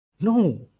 no